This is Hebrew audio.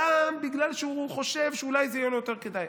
גם בגלל שהוא חושב שאולי זה יהיה לו יותר כדאי,